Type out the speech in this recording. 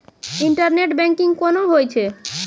Internet banking कोना होय छै?